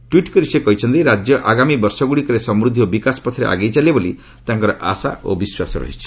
tweet କରି ସେ କହିଛନ୍ତି ରାଜ୍ୟ ଆଗାମୀ ବର୍ଷଗୁଡ଼ିକରେ ସମୃଦ୍ଧି ଓ ବିକାଶ ପଥରେ ଆଗେଇ ଚାଲିବ ବୋଲି ତାଙ୍କର ଆଶା ଓ ବିଶ୍ୱାସ ରହିଛି